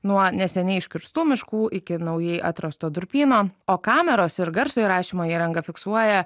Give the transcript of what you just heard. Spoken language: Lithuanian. nuo neseniai iškirstų miškų iki naujai atrasto durpyno o kameros ir garso įrašymo įranga fiksuoja